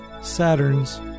Saturn's